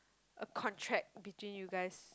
a contract between you guys